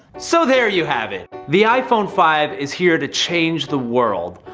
so there you have it, the iphone five is here to change the world.